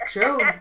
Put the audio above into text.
True